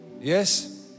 Yes